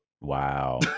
wow